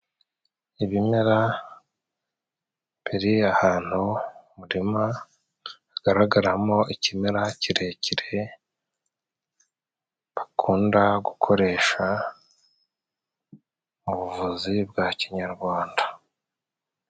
Ibimera biri ahantu mu murima, hagaragaramo ikimera kirekire, bakunda gukoresha mu buvuzi bwa kinyarwanda.